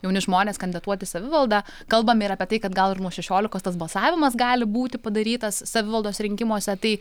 jauni žmonės kandidatuoti į savivaldą kalbame ir apie tai kad gal ir nuo šešiolikos tas balsavimas gali būti padarytas savivaldos rinkimuose tai